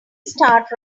start